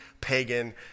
pagan